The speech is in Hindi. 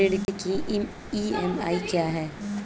ऋण की ई.एम.आई क्या है?